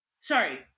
sorry